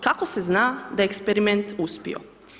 Kako se zna da je eksperiment uspio?